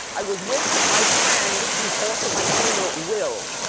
i was with my friend, who's also my jeweler, will,